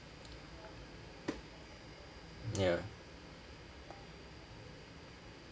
ya